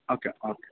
okay okay